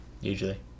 usually